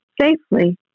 safely